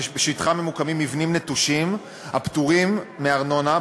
שבשטחם ממוקמים מבנים נטושים הפטורים מארנונה,